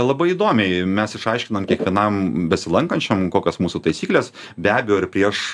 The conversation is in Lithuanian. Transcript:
labai įdomiai mes išaiškinam kiekvienam besilankančiam kokios mūsų taisyklės be abejo ir prieš